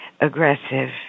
aggressive